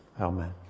Amen